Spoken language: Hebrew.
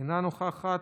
אינה נוכחת.